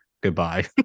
Goodbye